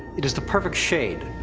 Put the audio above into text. it is the perfect shade.